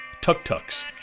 tuk-tuks